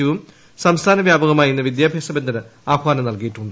യുവും സംസ്ഥാന വ്യാപകമായി ഇന്ന് വിദ്യാഭ്യാസ ബന്ദിനും ആഹ്വാനം നൽകിയിട്ടുണ്ട്